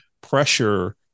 pressure